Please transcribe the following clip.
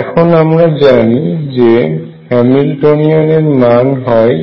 এখন আমরা জানি যে হ্যামিল্টনীয়ান এর মান হয়